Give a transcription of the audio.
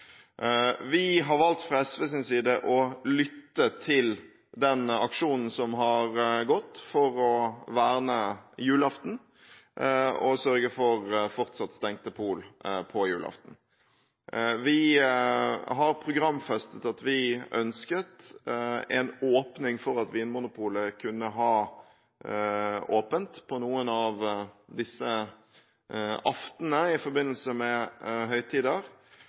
Vi har fra SVs side valgt å lytte til den aksjonen som har gått for å verne julaften og sørge for fortsatt stengte pol på julaften. Vi har programfestet at vi ønsket en åpning for at Vinmonopolet kunne ha åpent på noen av disse aftenene i forbindelse med høytider,